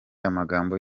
amabanga